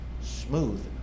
smooth